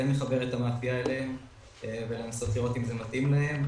לחבר את המאפייה אליהם ולנסות לראות אם זה מתאים להם,